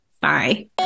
bye